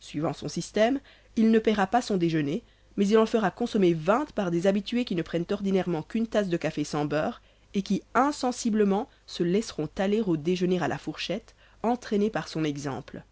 suivant son système il ne payera pas son déjeûner mais il en fera consommer vingt par des habitués qui ne prennent ordinairement qu'une tasse de café sans beurre et qui insensiblement se laisseront aller au déjeûner à la fourchette entraînés par son exemple